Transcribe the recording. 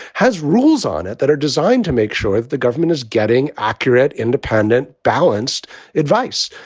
has rules on it that are designed to make sure if the government is getting accurate, independent, balanced advice.